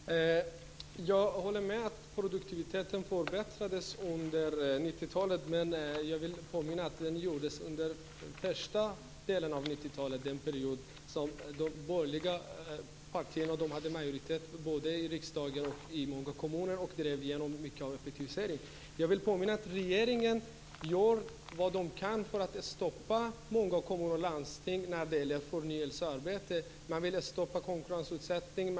Fru talman! Jag håller med om att produktiviteten förbättrades under 90-talet men vill påminna om att det skedde under första delen av 90-talet, under den period då de borgerliga partierna hade majoritet både i riksdagen och i många kommuner och drev igenom mycket av effektiviseringen. Jag vill påminna om att regeringen gör vad den kan för att stoppa många kommuner och landsting när det gäller förnyelsearbetet. Man vill stoppa konkurrensutsättningen.